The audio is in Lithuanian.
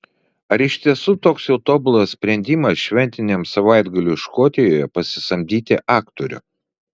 ar iš tiesų toks jau tobulas sprendimas šventiniam savaitgaliui škotijoje pasisamdyti aktorių